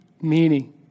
meaning